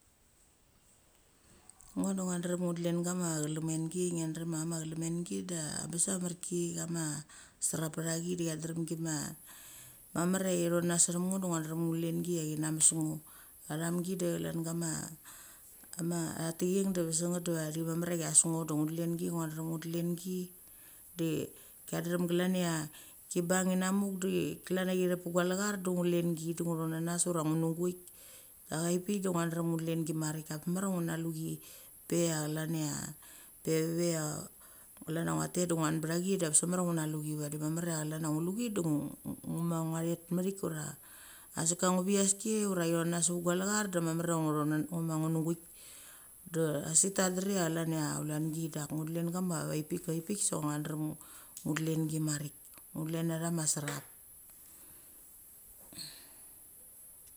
Ngo da ngia drem ngu dlen kama chlemmengi ngia drem chia cha ma chlemengi da abes amarki, chama serup patha chi da cha drem gima. Mamer cha ithonanas sem ut ngo da ngia drem ngu lengi, cha china mes ngo. A thomgi da chlan a techang da ve se nget da va di mame chia, ches ngo du ngu delen gi di chia drem glan chia chi bang inamuk da klan chia thek pa gua lechar du ngu lengi da ngu thonas ura ngu guek. Da aveck pik da ngia drem ngu delingi marik abes mamer cha ngu na lu chi. Pek cha chlan cha chlan cha ngia tet da ngia bachi da bes mamer cha ngu na luchi. Vadi mamer cha chlan cha ngu ma thet methik ura a sik ka uviski ura chia thonanas saavet gua lechar ngu ma ngu guek. Da a sik tha dra chlan cha aulangi dach ngu deleng avekpik sok ngia drem ngu delengi marik. Ngu deleng a chama serup.